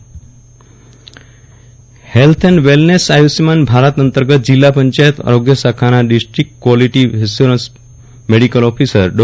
વિરલ રાણા યોગા શિબિર health and wellness Ayushman Bharat અંતર્ગત જિલ્લા પંચાયત આરોગ્ય શાખાના ડિસ્ટ્રીક કવોલીટી એસ્યોરેન્સ મેડીકલ ઓફિસરશ્રી ડો